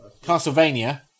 Castlevania